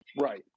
Right